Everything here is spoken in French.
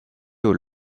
aux